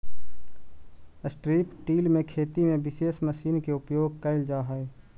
strip till में खेती में विशेष मशीन के उपयोग कैल जा हई